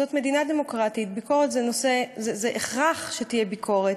זאת מדינה דמוקרטית, זה הכרח שתהיה ביקורת.